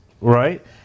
right